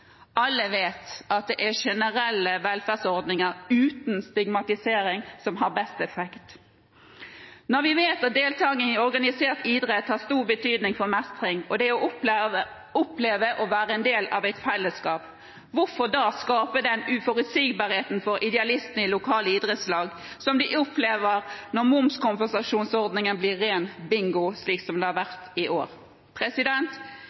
Alle vet at det er generelle velferdsordninger uten stigmatisering som har best effekt. Når vi vet at deltakelse i organisert idrett har stor betydning for mestring og det å oppleve å være en del av et fellesskap, hvorfor da skape den uforutsigbarheten for idealistene i lokale idrettslag som vi opplever når momskompensasjonsordningen blir ren bingo, slik det har